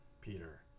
Peter